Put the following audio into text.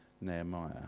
nehemiah